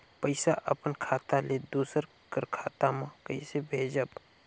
पइसा अपन खाता से दूसर कर खाता म कइसे भेजब?